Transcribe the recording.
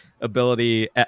ability